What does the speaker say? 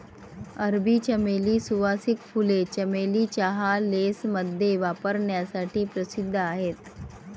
अरबी चमेली, सुवासिक फुले, चमेली चहा, लेसमध्ये वापरण्यासाठी प्रसिद्ध आहेत